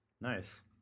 Nice